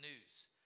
news